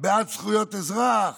בעד זכויות אזרח